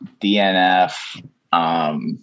DNF